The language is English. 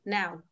now